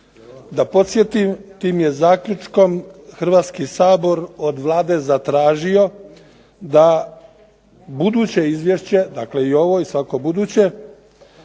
Da podsjetim, tim je zaključkom Hrvatski sabor od Vlade zatražio da buduće izvješće, dakle i ovo i svako buduće